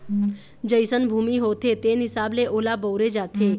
जइसन भूमि होथे तेन हिसाब ले ओला बउरे जाथे